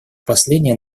последняя